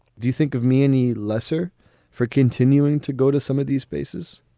do you think of me any lesser for continuing to go to some of these bases?